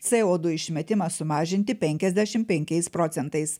co du išmetimą sumažinti penkiasdešim penkiais procentais